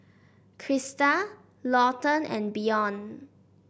Krysta Lawton and Bjorn